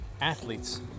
athletes